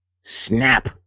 snap